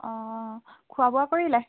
অঁ খোৱা বোৱা কৰিলে